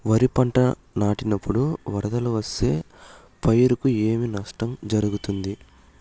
వరిపంట నాటినపుడు వరదలు వస్తే పైరుకు ఏమి నష్టం జరుగుతుంది?